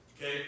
Okay